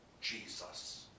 Jesus